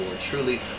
truly